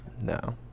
No